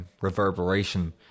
reverberation